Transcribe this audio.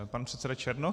Pan předseda Černoch.